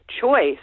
choice